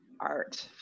art